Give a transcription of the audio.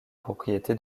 propriété